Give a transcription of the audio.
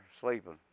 sleeping